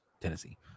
Tennessee